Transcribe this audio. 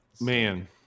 Man